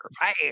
fire